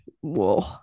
Whoa